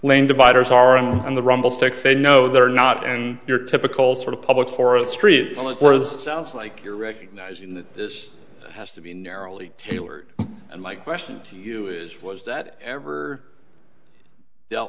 lane dividers are in and the rumble sticks they know they're not and your typical sort of public forestry well it was sounds like you're recognizing that this has to be narrowly tailored and my question to you is was that ever dea